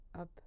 Up